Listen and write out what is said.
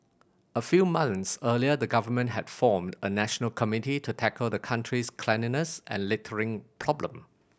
a few months earlier the Government had formed a national committee to tackle the country's cleanliness and littering problem